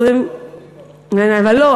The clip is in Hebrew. לא,